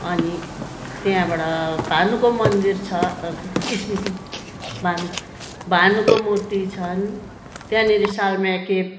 अनि त्यहाँबाट भानुको मन्दिर छ स्मृति भानुको भानुको मूर्ति छन् त्यहाँनेरि सालमा एक खेप